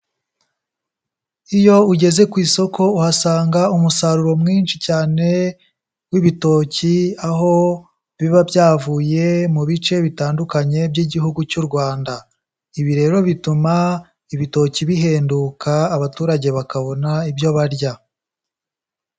Iyo ugeze ku isoko uhasanga umusaruro mwinshi cyane w'ibitoki, aho biba byavuye mu bice bitandukanye by'Igihugu cy'u Rwanda. Ibi rero bituma ibitoki bihenduka, abaturage bakabona ibyo barya.